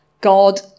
God